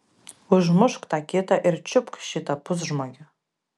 užmušk tą kitą ir čiupk šitą pusžmogį